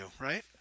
right